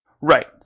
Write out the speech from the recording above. Right